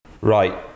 Right